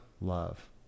love